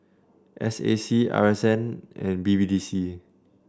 S A C R S N and B B D C